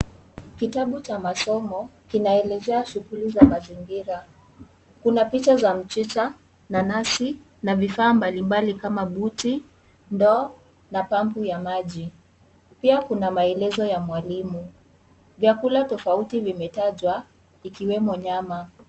Kitabu cha masomo, kinaelezea shughuli za mazingira. Kuna picha za mchicha, nanasi na vifaa mbalimbali kama buti, ndoo na pampu ya maji. Pia kuna maelezo ya mwalimu. Vyakula tofauti vimetajwa ikiwemo nyama.